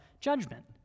judgment